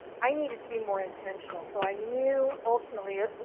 i needed to be more intentional. so i knew ultimately,